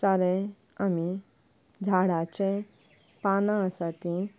सारें आमी झाडाचें पानां आसा तीं